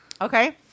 Okay